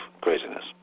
craziness